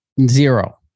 zero